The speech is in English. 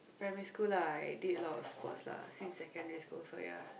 primary school lah I did a lot of sports lah since secondary school also ya